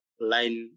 line